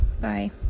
Bye